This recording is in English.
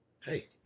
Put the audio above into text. Hey